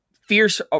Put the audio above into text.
fierce